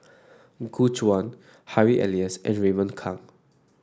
Gu Juan Harry Elias and Raymond Kang